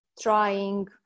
trying